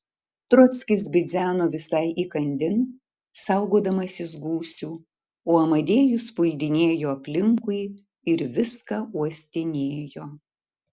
trockis bidzeno visai įkandin saugodamasis gūsių o amadėjus puldinėjo aplinkui ir viską uostinėjo